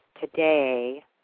today